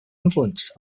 influence